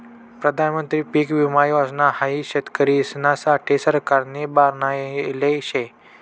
प्रधानमंत्री पीक विमा योजना हाई शेतकरिसना साठे सरकारनी बनायले शे